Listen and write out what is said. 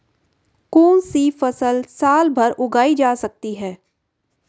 कौनसी फसल साल भर उगाई जा सकती है?